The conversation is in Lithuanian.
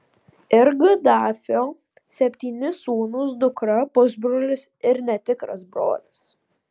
ir gadafio septyni sūnūs dukra pusbrolis ir netikras brolis